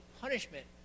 punishment